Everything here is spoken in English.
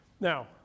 Now